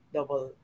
Double